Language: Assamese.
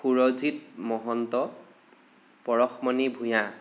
সুৰজিৎ মহন্ত পৰশমণি ভূঞা